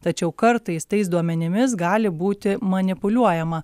tačiau kartais tais duomenimis gali būti manipuliuojama